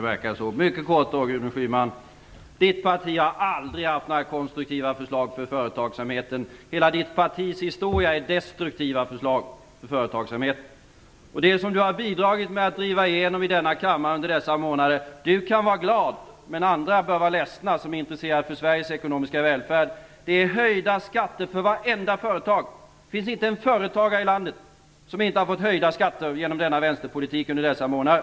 Fru talman! Gudrun Schymans parti har aldrig haft några konstruktiva förslag vad gäller företagsamheten. Hela Gudrun Schymans partis historia består av destruktiva förslag vad gäller företagsamheten. Det som Gudrun Schyman bidragit till att driva igenom i denna kammare under de senaste månaderna kan Gudrun Schyman vara glad över, men de personer som intresserar sig för Sverige ekonomiska välfärd bör vara ledsna. Det handlar nämligen om höjda skatter för vartenda företag. Det finns inte en företagare i landet som inte har fått höjda skatter genom denna vänsterpolitik under de senaste månaderna.